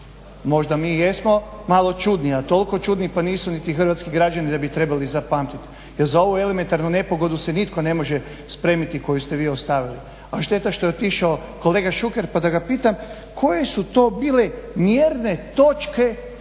Možda mi jesmo malo čudni, a toliko čudni pa nisu niti hrvatski građani da bi trebali zapamtiti. Jer za ovu elementarnu nepogodu se nitko ne može spremiti koju ste vi ostavili. A šteta što je otišao kolega Šuker pa da ga pitam koje su to bile mjerne točke